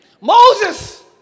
Moses